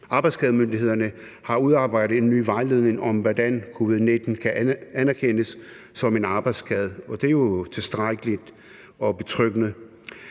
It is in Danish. arbejdsskademyndighederne har udarbejdet en ny vejledning om, hvordan covid-19 kan anerkendes som en arbejdsskade, og det er jo tilstrækkeligt og betryggende.